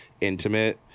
intimate